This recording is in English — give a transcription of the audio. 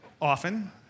often